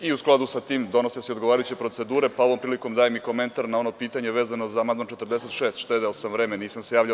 I u skladu sa tim se donose odgovarajuće procedure, pa ovom prilikom dajem i komentar na ono pitanje vezano za amandman 46. štedeo sam vreme, nisam se tada javio.